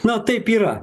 na taip yra